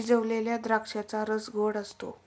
शिजवलेल्या द्राक्षांचा रस गोड असतो